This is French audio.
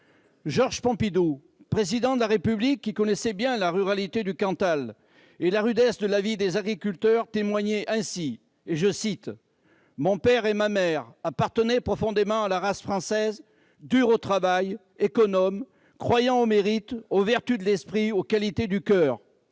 Georges Pompidou, Président de la République, qui connaissait bien la ruralité du Cantal et la rudesse de la vie des agriculteurs, témoignait ainsi :« Mon père et ma mère appartenaient profondément à la race française, dure au travail, économe, croyant au mérite, aux vertus de l'esprit, aux qualités du coeur.